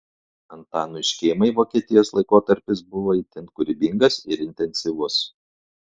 antanui škėmai vokietijos laikotarpis buvo itin kūrybingas ir intensyvus